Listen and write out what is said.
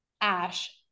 Ash